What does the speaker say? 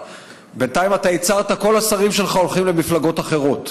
בינתיים אתה ייצרת שכל השרים שלך הולכים למפלגות אחרות.